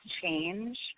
change